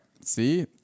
see